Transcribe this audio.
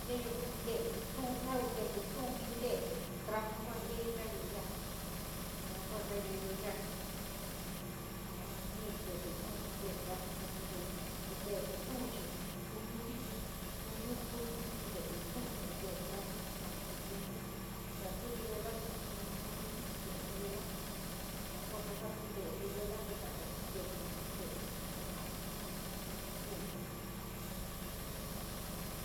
Yeyoo kunte´e intele tituu, jii te´e transnu yekayo ya´a yua kua kayeeyo yaa, consumir te titu jii te´e hosnou yua kuu kayeeyou te tele titoukit jouu jouu junio, jou jou sichi yer titiou, te intele transnu kounte septiembre, tele ciruela soum jou jou jou yua kua kasato te´e ciruela, tele koua, te´e kua´a yua jiehi tu yoo yua.